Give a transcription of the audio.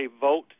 vote